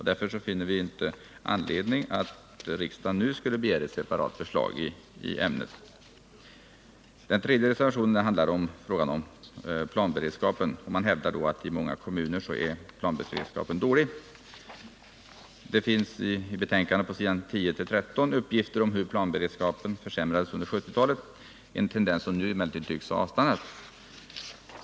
Utskottsmajoriteten finner därför ingen anledning att riksdagen nu skulle begära ett separat förslag i ämnet. Den tredje reservationen handlar om planberedskapen. Reservanterna hävdar att planberedskapen i många kommuner är dålig. I betänkandet finns pås. 10-13 uppgifter om hur planberedskapen försämrats under 1970-talet, en tendens som nu emellertid tycks ha avstannat.